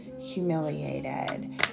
humiliated